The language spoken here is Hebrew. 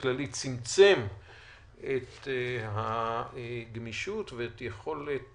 באופן כללי צמצם את הגמישות ואת יכולת